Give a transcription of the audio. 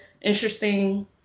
interesting